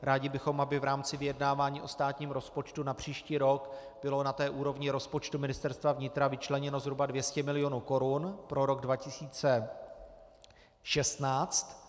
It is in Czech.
Rádi bychom, aby v rámci vyjednávání o státním rozpočtu na příští rok bylo na úrovni rozpočtu Ministerstva vnitra vyčleněno zhruba 200 mil. korun pro rok 2016.